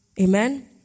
Amen